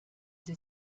sie